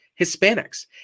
Hispanics